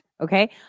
okay